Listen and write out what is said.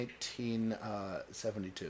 1972